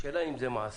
השאלה אם זה מעשי,